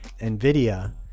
NVIDIA